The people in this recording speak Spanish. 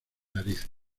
nariz